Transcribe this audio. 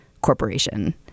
corporation